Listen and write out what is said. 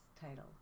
title